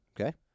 Okay